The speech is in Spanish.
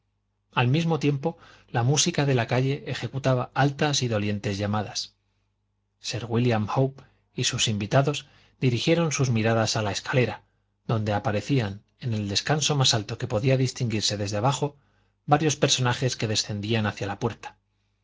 al mismo tiempo la música de la calle ejecutaba altas y dolientes llamadas sir wílliam howe y sus invitados dirigieron sus miradas a la escalera donde aparecían en el descanso más alto que podía distinguirse desde abajo varios personajes que descendían hacia la puerta